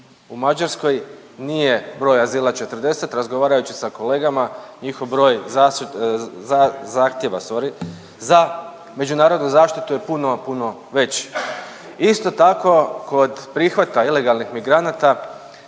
u Mađarskoj nije broj azila 40, razgovarajući sa kolegama njihov broj zas…, za…, zahtjeva, sorry, za međunarodnu zaštitu je puno, puno veći. Isto tako kod prihvata ilegalnih migranata